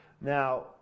now